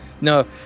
No